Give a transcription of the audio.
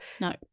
No